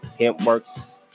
hempworks